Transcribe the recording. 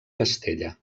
castella